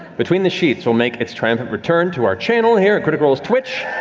between the sheets will make its triumphant return to our channel here at critical role's twitch.